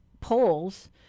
polls